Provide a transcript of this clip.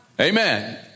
Amen